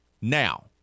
Now